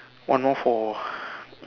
one more for